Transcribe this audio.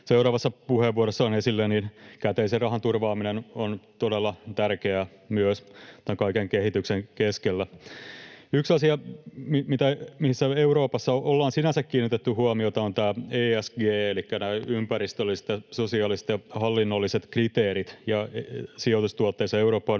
seuraavassa puheenvuorossaan esille, käteisen rahan turvaaminen on todella tärkeää myös tämän kaiken kehityksen keskellä. Yksi asia, mihin Euroopassa ollaan sinänsä kiinnitetty huomiota, on tämä ESG elikkä ympäristölliset ja sosiaaliset ja hallinnolliset kriteerit, ja sijoitustuotteissa Eurooppa